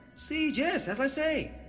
si, yes. as i say,